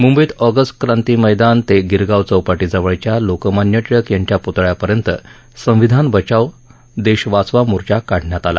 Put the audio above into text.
मुंबईत ऑगस्ट क्रांती मैदान ते गिरगाव चौपाटीजवळच्या लोकमान्य टिळक यांच्या पुतळ्यापर्यंत संविधान वाचवा देश वाचवा मोर्चा काढण्यात आला